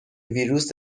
ویروس